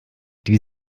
die